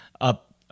up